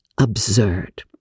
absurd